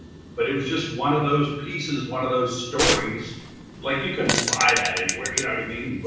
but it was just one of those pieces, one of those stories like you couldn't buy that anywhere. you know what i mean?